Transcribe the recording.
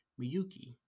Miyuki